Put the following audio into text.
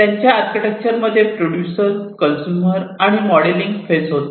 त्यांच्या आर्किटेक्चर मध्ये producer consumer आणि मॉडेलिंग फेज होते